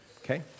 okay